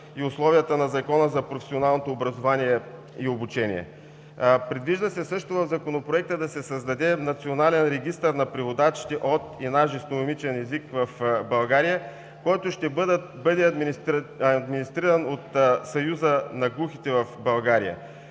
и условията на Закона за професионалното образование и обучение. Предвижда се също в Законопроекта да се създаде Национален регистър на преводачите от и на жестомимичен език в България, който ще бъде администриран от Съюза на глухите в България.